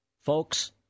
Folks